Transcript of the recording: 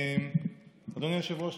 אדוני היושב-ראש,